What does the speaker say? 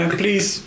please